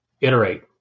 iterate